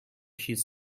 his